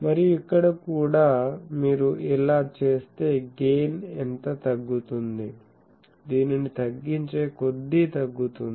మరియు ఇక్కడ కూడా మీరు ఇలా చేస్తే గెయిన్ ఎంత తగ్గుతుంది దీనిని తగ్గించే కొద్దీ తగ్గుతుంది